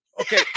Okay